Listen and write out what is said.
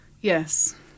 Yes